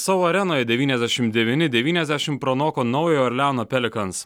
savo arenoje devyniasdešimt devyni devyniasdešimt pranoko naujojo orleano pelikans